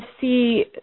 see